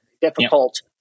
difficult